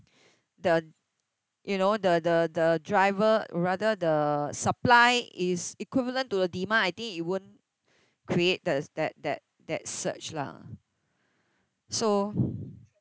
the you know the the the driver rather the supply is equivalent to the demand I think it won't create the that that that surge lah so